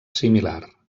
similar